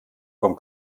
vom